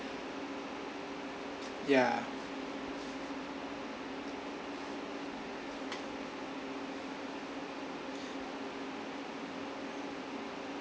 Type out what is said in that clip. ya